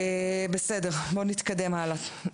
בואו נתקדם הלאה.